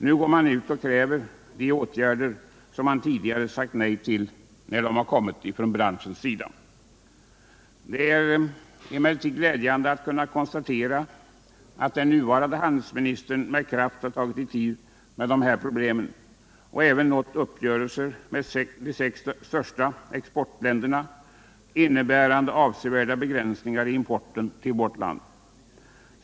Nu går man ut och kräver de åtgärder som man tidigare sagt nej till när det krävdes från branschens sida. Det är emellertid glädjande att nu kunna konstatera att den nuvarande handelsministern med kraft har tagit itu med dessa problem och även nått uppgörelse med de sex största exportländerna, innebärande avsevärda begränsningar i importen till vårt land.